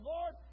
Lord